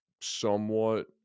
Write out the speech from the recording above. Somewhat